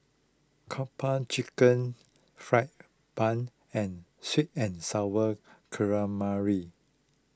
Kung Po Chicken Fried Bun and Sweet and Sour Calamari